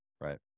Right